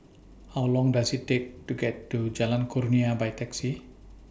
How Long Does IT Take to get to Jalan Kurnia By Taxi